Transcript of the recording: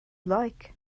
like